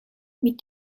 mit